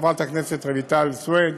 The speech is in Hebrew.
חברת הכנסת רויטל סויד,